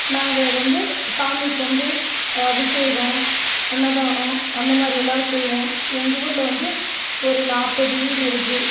நாங்கள் வந்து சாமிக்கு வந்து அபிஷேகம் அன்னதானம் அந்த மாதிரி எல்லாம் செய்வோம் எங்கள் ஊரில் வந்து ஒரு நாற்பது வீடு இருக்கு